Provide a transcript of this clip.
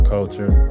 Culture